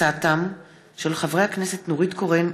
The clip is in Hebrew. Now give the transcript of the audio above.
מסקנות ועדת הכלכלה בעקבות דיון מהיר בהצעתם של חברי הכנסת נורית קורן,